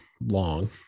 long